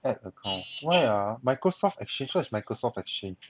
add account why ah microsoft exchange what is microsoft exchange